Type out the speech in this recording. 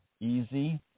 easy